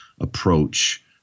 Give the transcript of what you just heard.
approach